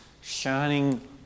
shining